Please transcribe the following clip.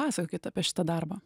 pasakokit apie šitą darbą